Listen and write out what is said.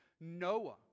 Noah